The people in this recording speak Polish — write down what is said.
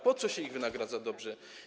Po co się ich wynagradza dobrze?